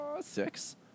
Six